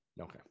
Okay